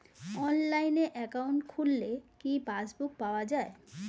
অনলাইনে একাউন্ট খুললে কি পাসবুক পাওয়া যায়?